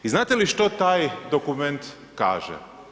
I znate li što taj dokument kaže?